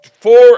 four